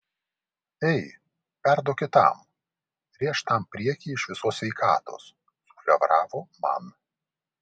ei perduok kitam rėžk tam priekyje iš visos sveikatos sufleravo man